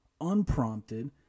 unprompted